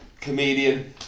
comedian